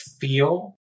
feel